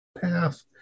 path